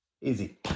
Easy